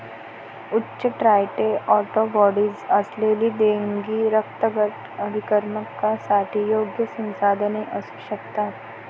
उच्च titre antibodies असलेली देणगी रक्तगट अभिकर्मकांसाठी योग्य संसाधने असू शकतात